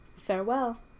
Farewell